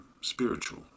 spiritual